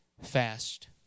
Fast